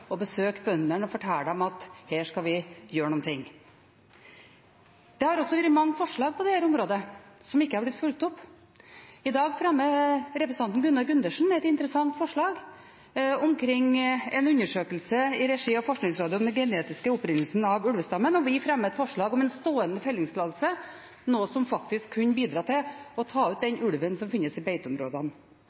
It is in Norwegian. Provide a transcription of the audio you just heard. og besøke bøndene og fortelle dem at her skal vi gjøre noe. Det har også vært mange forslag på dette området som ikke har blitt fulgt opp. I dag fremmer representanten Gunnar Gundersen et interessant forslag omkring en undersøkelse i regi av Forskningsrådet om den genetiske opprinnelsen av ulvestammen, og vi fremmer et forslag om en stående fellingstillatelse, noe som faktisk kunne bidra til å ta ut den ulven som finnes i beiteområdene.